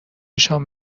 شام